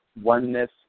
oneness